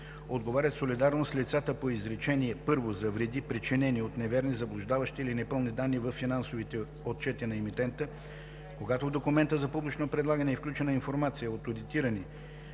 отговарят солидарно с лицата по изречение първо за вреди, причинени от неверни, заблуждаващи или непълни данни във финансовите отчети на емитента. Когато в документа за публично предлагане е включена информация от одитирани